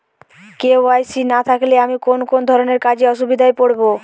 KYC না থাকলে আমি কোন কোন ধরনের কাজে অসুবিধায় পড়ব?